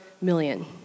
million